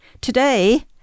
Today